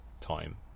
time